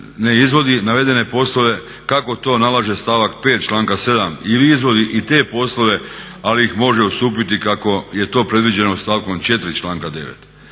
ne izvodi navedene poslove kako to nalaže stavak 5. članka 7. ili izvodi i te poslove ali ih može ustupiti kako je to predviđeno stavkom 4 članka 9.